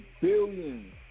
billions